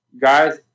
Guys